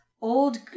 old